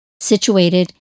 situated